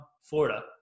florida